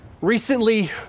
recently